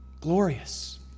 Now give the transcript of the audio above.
glorious